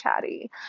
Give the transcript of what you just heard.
chatty